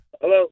Hello